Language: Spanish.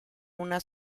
una